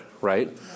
right